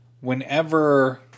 whenever